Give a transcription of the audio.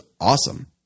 awesome